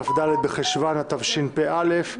כ"ד בחשון התשפ"א,